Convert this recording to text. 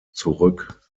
zurück